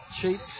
cheap